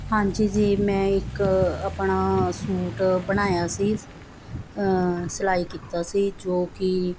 ਹਾਂਜੀ ਜੀ ਮੈਂ ਇੱਕ ਆਪਣਾ ਸੂਟ ਬਣਾਇਆ ਸੀ ਸਿਲਾਈ ਕੀਤਾ ਸੀ ਜੋ ਕਿ